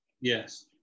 Yes